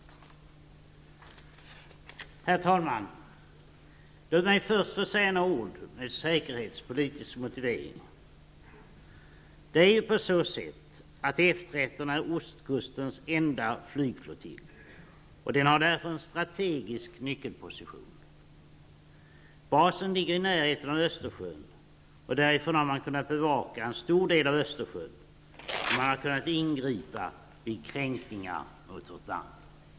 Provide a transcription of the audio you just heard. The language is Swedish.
Herr talman! Låt mig först säga några ord med en säkerhetspolitisk motivering. F 13 är ju ostkustens enda flygflottilj. Den har därför en strategisk nyckelposition. Basen ligger i närheten av Östersjön, och från basen har man kunnat bevaka en stor del av Östersjön. Man har också kunnat ingripa vid kränkningar mot vårt land.